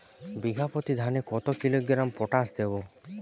বিঘাপ্রতি ধানে কত কিলোগ্রাম পটাশ দেবো?